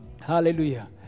hallelujah